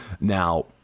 Now